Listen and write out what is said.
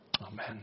Amen